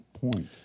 point